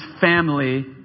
family